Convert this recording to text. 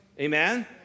amen